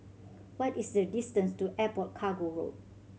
what is the distance to Airport Cargo Road